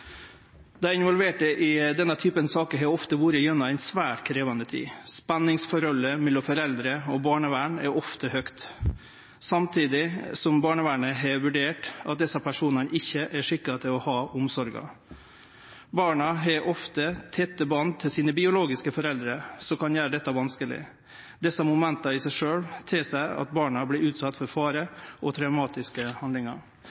Dei involverte i denne typen saker har ofte vore gjennom ei svært krevjande tid. Spenningsforholdet mellom foreldre og barnevern er ofte anstrengt, samtidig som barnevernet har vurdert at desse personane ikkje er skikka til å ha omsorga. Barna har ofte tette band til sine biologiske foreldre, noko som kan gjere dette vanskeleg. Desse momenta i seg sjølve tilseier at barna vert utsette for fare og traumatiske handlingar